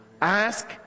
Ask